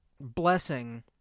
Blessing